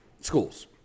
schools